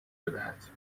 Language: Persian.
بدهد